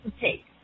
take